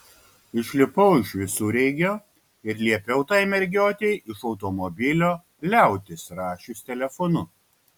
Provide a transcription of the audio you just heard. išlipau iš visureigio ir liepiau tai mergiotei iš automobilio liautis rašius telefonu